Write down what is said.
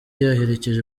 yaherekeje